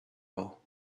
all